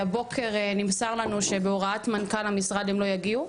והבוקר נמסר לנו שבהוראת מנכ"ל המשרד הם לא יגיעו,